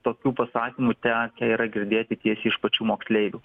tokių pasakymų tekę yra girdėti tiek iš pačių moksleivių